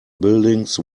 buildings